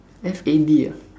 F A D ah